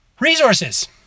Resources